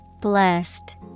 Blessed